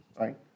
right